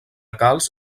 calç